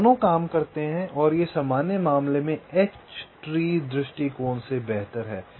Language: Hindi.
तो दोनों काम करते हैं और ये सामान्य मामले में एच ट्री दृष्टिकोण से बेहतर हैं